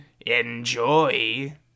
Enjoy